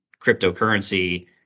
cryptocurrency